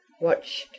watched